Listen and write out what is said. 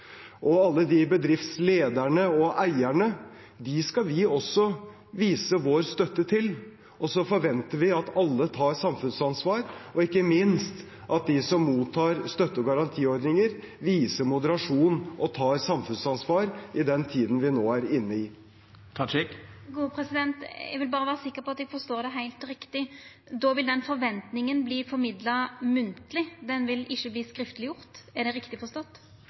til. Så forventer vi at alle tar samfunnsansvar ikke minst at de som mottar støtte og garantiordninger, viser moderasjon og tar samfunnsansvar i den tiden vi nå er inne i. Eg vil berre vera sikker på at eg forstår det heilt riktig: Då vil den forventninga verta formidla munnleg, ho vil ikkje verta gjord skriftleg er det riktig forstått?